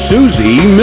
Susie